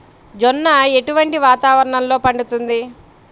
జొన్న ఎటువంటి వాతావరణంలో పండుతుంది?